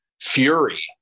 fury